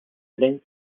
tren